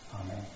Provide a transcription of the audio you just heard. Amen